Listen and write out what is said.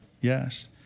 Yes